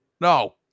No